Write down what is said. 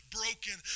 broken